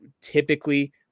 typically